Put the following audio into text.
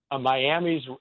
Miami's